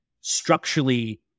structurally